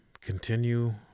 continue